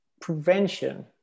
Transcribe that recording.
prevention